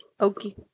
Okay